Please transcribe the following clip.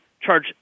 charge